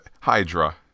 hydra